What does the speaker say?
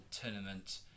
tournament